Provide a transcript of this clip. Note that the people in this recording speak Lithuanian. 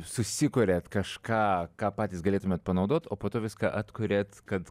susikuriat kažką ką patys galėtumėt panaudot o po to viską atkuriat kad